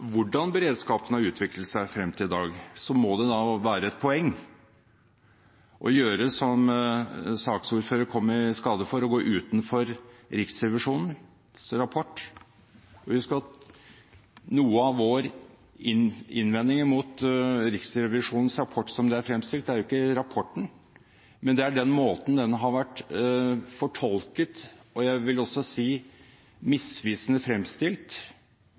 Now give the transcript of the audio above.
hvordan beredskapen har utviklet seg frem til i dag – at det må være et poeng å gjøre som saksordføreren kom i skade for, nemlig å gå utenfor Riksrevisjons rapport. Husk at noe av vår innvending mot Riksrevisjonens rapport, som den er fremstilt, går jo ikke på selve rapporten, men det er den måten den har vært fortolket på – og jeg vil vel også si misvisende fremstilt